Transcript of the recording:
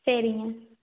சரிங்க